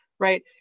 Right